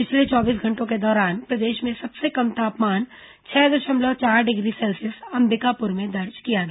पिछले चौबीस घंटों के दौरान प्रदेश में सबसे कम तापमान छह दशमलव चार डिग्री सेल्सियस अंबिकापुर में दर्ज किया गया